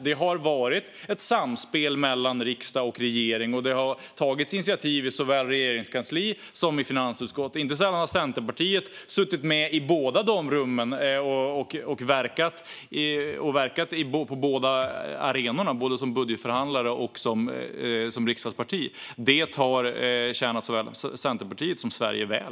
Det har varit ett samspel mellan riksdag och regering, och det har tagits initiativ i såväl Regeringskansliet som i finansutskottet. Inte sällan har Centerpartiet suttit med i båda dessa rum och verkat på båda arenorna, både som budgetförhandlare och som riksdagsparti. Det är min bild att det har tjänat såväl Centerpartiet som Sverige väl.